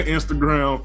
Instagram